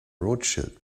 rothschild